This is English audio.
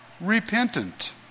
repentant